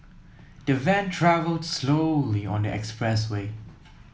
the van travelled slowly on the expressway